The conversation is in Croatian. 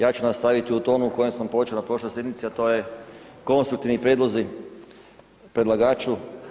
Ja ću nastaviti u tonu kojim sam počeo na prošloj sjednici, a to je konstruktivni prijedlozi predlagaču.